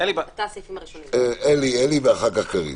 אלי ואחר כך קארין.